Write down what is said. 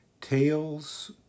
tales